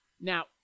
Now